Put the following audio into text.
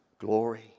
glory